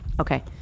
Okay